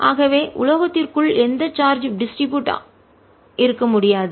ஆகவே உலோகத்திற்குள் எந்த சார்ஜ் டிஸ்ட்ரிபியூட் ஆக விநியோகமாக இருக்க முடியாது